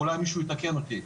אולי מישהו יתקן אותי,